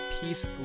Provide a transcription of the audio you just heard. peace